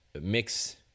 mix